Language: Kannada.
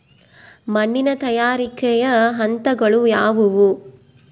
ಮಣ್ಣಿನ ತಯಾರಿಕೆಯ ಹಂತಗಳು ಯಾವುವು?